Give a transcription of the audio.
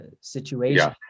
situation